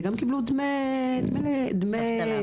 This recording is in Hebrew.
וגם קיבלו דמי אבטלה.